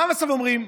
מה בסוף אומרים?